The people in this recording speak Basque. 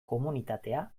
komunitatea